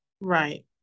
right